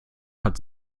hat